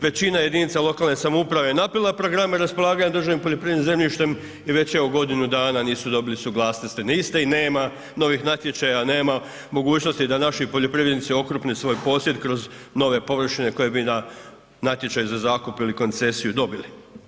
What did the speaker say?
Većina jedinica lokalne samouprave je napravila programe raspolaganja državnim poljoprivrednim zemljištem i već evo godinu dana nisu dobili suglasnost na iste i nema novih natječaja, nema mogućnosti da naši poljoprivrednici okrupne svoj posjed kroz nove površine koje bi na natječaj za zakup ili koncesiju dobili.